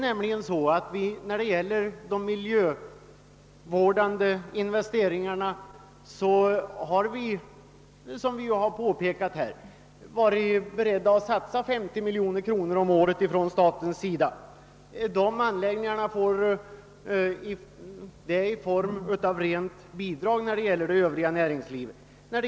För de miljövårdande investeringarna har vi ju varit beredda att satsa 50 miljo ner kronor om året från statens sida. Det är fråga om ett rent bidrag när det gäller det övriga näringslivet.